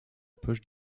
poche